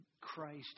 Christ